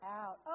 out